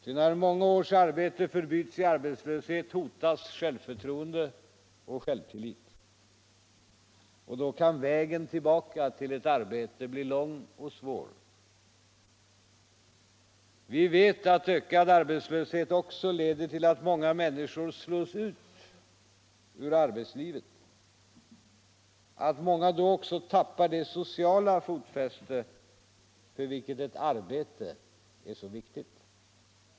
Ty när många års arbete förbyts i arbetslöshet hotas självförtroende och självtillit. Och då kan vägen tillbaka till ett arbete bli lång och svår. Vi vet att ökad arbetslöshet också leder till att många människor slås ut ur arbetslivet, att många då också förlorar det sociala fotfästet, för vilket ett arbete är så viktigt.